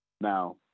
now